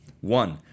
One